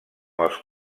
els